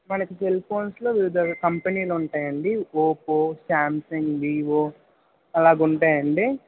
మనకి సెల్ఫోన్స్లో వివిధ కంపెనీలు ఉంటాయండి ఒప్పో శాంసంగ్ వీవో అలా ఉంటాయండి